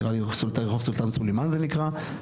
נראה לי רחוב סולטאן סולימאן זה נקרא.